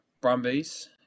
Brumbies